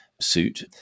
suit